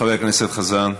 חבר הכנסת חזן,